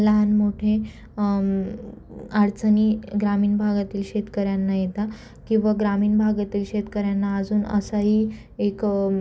लहान मोठे अडचणी ग्रामीण भागातील शेतकऱ्यांना येता किंवा ग्रामीण भागातील शेतकऱ्यांना अजून असाही एक